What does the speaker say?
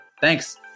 Thanks